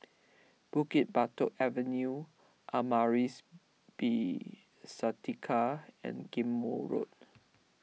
Bukit Batok Avenue Amaris B Santika and Ghim Moh Road